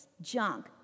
junk